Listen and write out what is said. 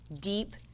deep